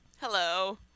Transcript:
Hello